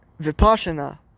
Vipassana